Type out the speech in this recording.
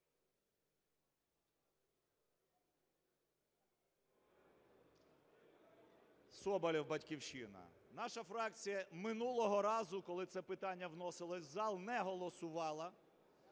Соболєв, "Батьківщина". Наша фракція минулого разу, коли це питання вносилося в зал, не голосувала,